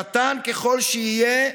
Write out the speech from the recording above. קטן ככל שיהיה,